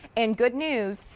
and good news,